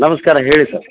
ನಮಸ್ಕಾರ ಹೇಳಿ ಸರ್